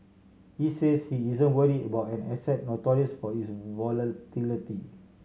he says he isn't worried about an asset notorious for its volatility